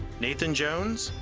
nathan jones,